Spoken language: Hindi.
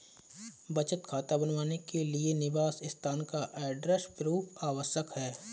बचत खाता बनवाने के लिए निवास स्थान का एड्रेस प्रूफ आवश्यक है